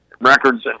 records